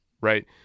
Right